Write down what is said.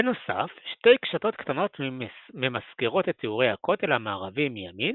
בנוסף שתי קשתות קטנות ממסגרות את תיאורי הכותל המערבי מימין,